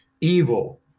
evil